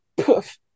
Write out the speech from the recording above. poof